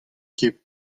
ket